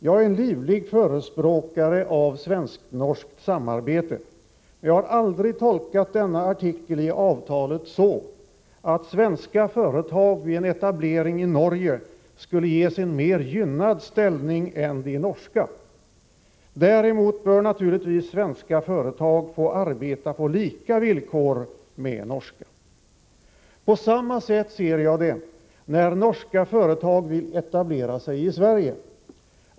Jag är en livlig förespråkare för svensk-norskt samarbete, men jag har aldrig tolkat denna artikel i avtalet så, att svenska företag vid en etablering i Norge skulle ges en mer gynnad ställning än de norska. Däremot bör naturligtvis svenska företag få arbeta på samma villkor som de norska. På samma sätt ser jag det, när norska företag vill etablera sig i Sverige.